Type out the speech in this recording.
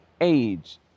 age